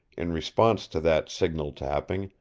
in response to that signal-tapping,